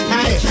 Hey